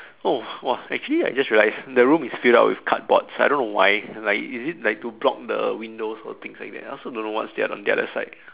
oh !wah! actually I just realized the room is filled up with cardboards I don't know why like is it like to block the windows or things like that I also don't know what's the other on the other side